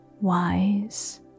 wise